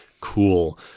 Cool